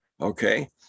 okay